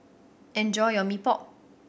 enjoy your Mee Pok